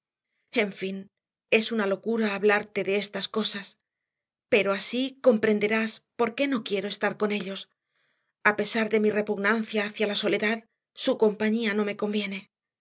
en fin es una locura hablarte de estas cosas pero así comprenderás por qué no quiero estar con ellos a pesar de mi repugnancia hacia la soledad su compañía no me conviene